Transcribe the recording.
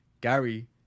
Gary